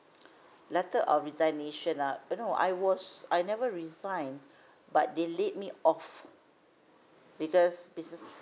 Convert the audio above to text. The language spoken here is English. letter of resignation ah uh no I was I never resigned but they laid me off because business